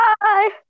Bye